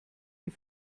die